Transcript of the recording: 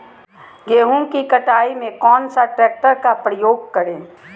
गेंहू की कटाई में कौन सा ट्रैक्टर का प्रयोग करें?